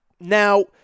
now